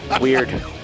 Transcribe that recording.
Weird